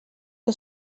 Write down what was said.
que